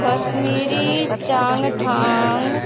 Kashmiri, Changthang,